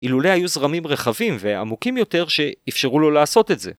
אילולי היו זרמים רחבים ועמוקים יותר שאפשרו לו לעשות את זה.